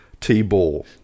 T-ball